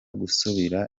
gusubira